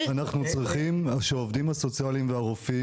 אנחנו צריכים שהעובדים הסוציאליים והרופאים